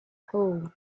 hole